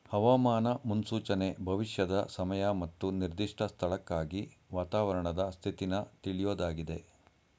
ಹವಾಮಾನ ಮುನ್ಸೂಚನೆ ಭವಿಷ್ಯದ ಸಮಯ ಮತ್ತು ನಿರ್ದಿಷ್ಟ ಸ್ಥಳಕ್ಕಾಗಿ ವಾತಾವರಣದ ಸ್ಥಿತಿನ ತಿಳ್ಯೋದಾಗಿದೆ